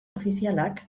ofizialak